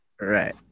Right